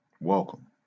Welcome